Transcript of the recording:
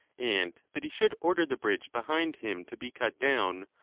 and that he should order the bridge behind him to be cut down,